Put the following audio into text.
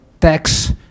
tax